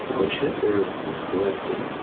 which hitler was collecting